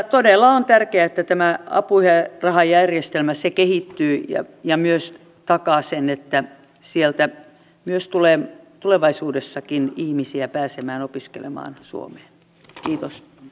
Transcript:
todella on tärkeää että tämä apurahajärjestelmä kehittyy ja myös takaa sen että sieltä tulevaisuudessakin ihmisiä pääsee opiskelemaan suomeen